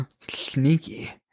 Sneaky